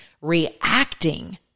reacting